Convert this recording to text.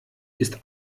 ist